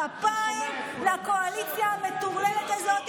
כפיים לקואליציה המטורללת הזאת,